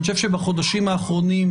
אני חושב שבחודשים האחרונים,